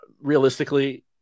realistically